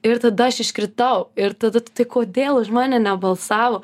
ir tada aš iškritau ir tada tai kodėl už mane nebalsavo